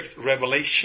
revelation